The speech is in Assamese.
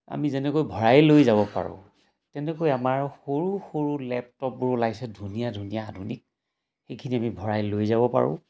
আমি যেনেকৈ ভৰাই লৈ যাব পাৰোঁ তেনেকৈ আমাৰ সৰু সৰু লেপটপবোৰ ওলাইছে ধুনীয়া ধুনীয়া আধুনিক সেইখিনি আমি ভৰাই লৈ যাব পাৰোঁ